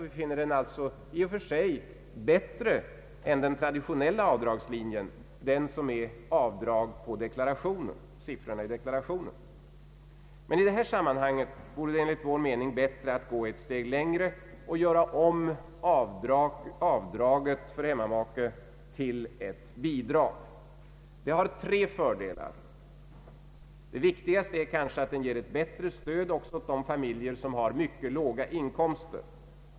Vi anser att den i och för sig är bättre än den traditionella avdragslinjen, d.v.s. avdrag i deklarationen. Men i detta sammanhang vore det enligt vår mening bättre att gå ett steg längre och göra om avdraget till ett bidrag. Det har tre fördelar. Den viktigaste är kanske att man får ett bättre stöd också till de familjer som har mycket låga inkomster.